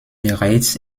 bereits